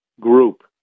group